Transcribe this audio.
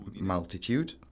multitude